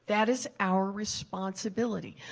that is our responsibility.